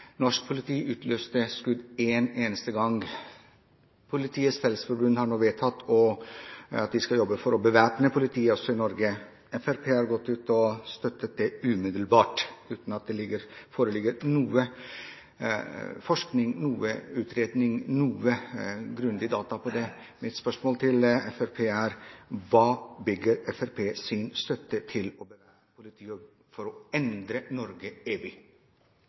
Norsk politi utløste skudd én eneste gang. Politiets Fellesforbund har nå vedtatt at de skal jobbe for å bevæpne politiet også i Norge. Fremskrittspartiet har gått ut og støttet det umiddelbart, uten at det foreligger noen forskning, noen utredning eller noen grundige data på det. Mitt spørsmål til Fremskrittspartiet er: På hva bygger Fremskrittspartiet sin støtte til å bevæpne politiet og til å endre Norge